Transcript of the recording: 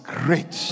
great